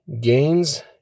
gains